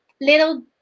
little